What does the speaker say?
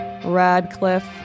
Radcliffe